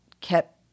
kept